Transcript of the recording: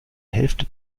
hälfte